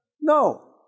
no